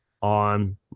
on